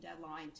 deadline